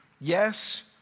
yes